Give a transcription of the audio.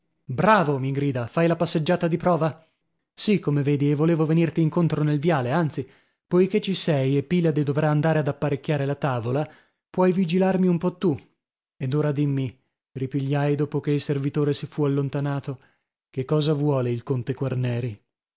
bravo mi grida fai la passeggiata di prova sì come vedi e volevo venirti incontro nel viale anzi poichè ci sei e pilade dovrà andare ad apparecchiare la tavola puoi vigilarmi un po tu ed ora dimmi ripigliai dopo che il servitore si fu allontanato che cosa vuole il conte quarneri